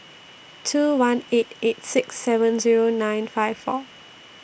two one eight eight six seven Zero nine five four